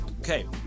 okay